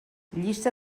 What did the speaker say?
llista